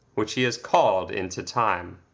which he has called into time.